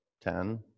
ten